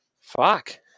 fuck